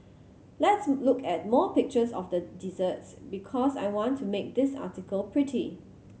let's look at more pictures of the desserts because I want to make this article pretty